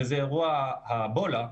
וזה אירוע האבולה,